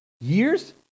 years